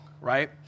right